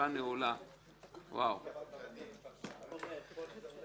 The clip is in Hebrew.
אני חושב שנעשה